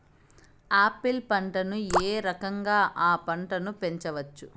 Apple పంటను ఏ రకంగా అ పంట ను పెంచవచ్చు?